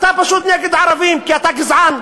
אתה פשוט נגד ערבים כי אתה גזען.